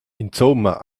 insumma